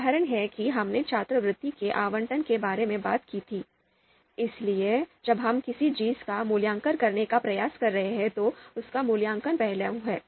उदाहरण है कि हमने छात्रवृत्ति के आवंटन के बारे में बात की थी इसलिए जब हम किसी चीज का मूल्यांकन करने का प्रयास कर रहे हैं तो उसका मूल्यांकन पहलू है